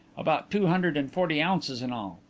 about two hundred and forty ounces in all.